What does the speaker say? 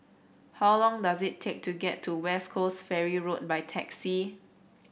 how long does it take to get to West Coast Ferry Road by taxi